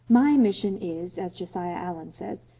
my mission is, as josiah allen says,